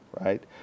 right